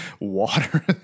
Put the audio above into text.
water